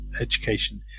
education